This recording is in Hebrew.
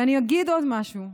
ואני אגיד עוד משהו: